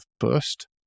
first